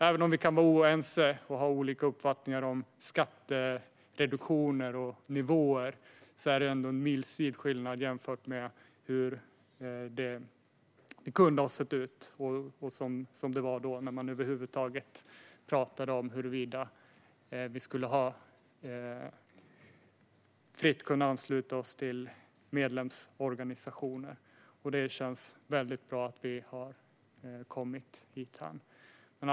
Även om vi kan vara oense och ha olika uppfattningar om skattereduktioner och nivåer är det ändå en milsvid skillnad jämfört med hur det kunde ha sett ut när man diskuterade huruvida man fritt skulle kunna ansluta sig till medlemsorganisationer. Det känns väldigt bra att vi har kommit dithän.